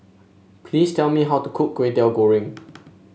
please tell me how to cook Kway Teow Goreng